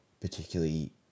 Particularly